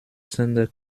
sender